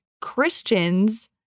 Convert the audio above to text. Christians